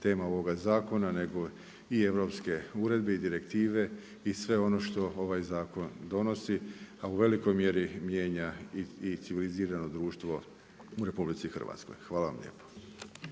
tema ovoga zakona nego i europske uredbe i direktive i sve ono što ovaj zakon donosi, a u velikoj mjeri mijenja i civilizirano društvo u RH. Hvala vam lijepa.